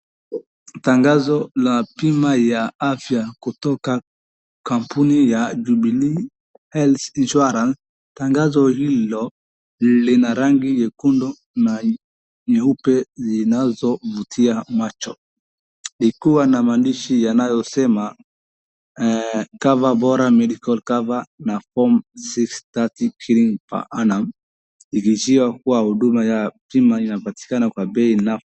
Tangazo la bima ya afya kutoka kampuni ya jubilee health insurance. Tangazo Hilo Lina rangi nyekundu na nyeupe zinazovutia macho. likona maandishi yanayosema cover Bora medical cover na from six thirty shillings per annum ni ishara kuwa huduma ya bima inapatikana Kwa bei nafuu.